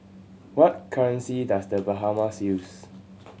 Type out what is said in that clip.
what currency does The Bahamas use